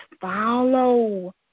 follow